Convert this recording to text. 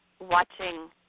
Watching